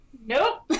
nope